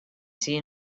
seen